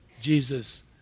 Jesus